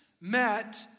met